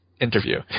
interview